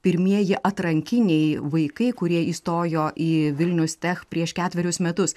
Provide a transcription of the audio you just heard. pirmieji atrankiniai vaikai kurie įstojo į vilnius tech prieš ketverius metus